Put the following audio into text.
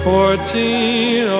Fourteen